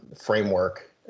framework